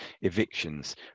evictions